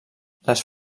les